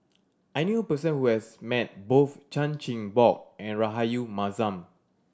I knew a person who has met both Chan Chin Bock and Rahayu Mahzam